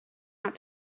out